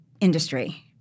industry